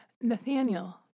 Nathaniel